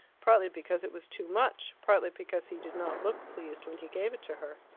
partly because it was too much, partly because he did not look pleased when he gave it to her.